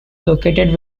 located